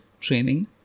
training